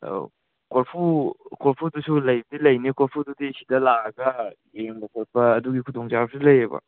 ꯑꯣ ꯀꯣꯔꯐꯨ ꯀꯣꯔꯐꯨꯗꯨꯁꯨ ꯂꯩꯗꯤ ꯂꯩꯅꯤ ꯀꯣꯔꯐꯨꯗꯨꯗꯤ ꯁꯤꯗ ꯂꯤꯛꯑꯒ ꯌꯦꯡꯕ ꯈꯣꯠꯄ ꯑꯗꯨꯒꯤ ꯈꯨꯗꯣꯡ ꯆꯥꯕꯁꯨ ꯂꯩꯌꯦꯕ